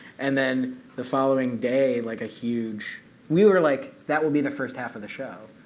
and then the following day, like a huge we were like, that will be the first half of the show.